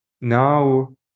now